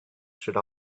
should